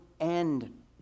end